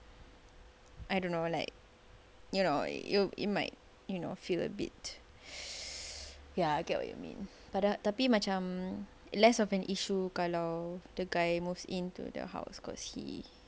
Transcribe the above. I don't know like you know you might you know feel a bit ya I get what you mean tapi macam less of an issue kalau if the guy moves into the house cause he